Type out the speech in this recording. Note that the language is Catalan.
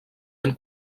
han